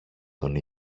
τον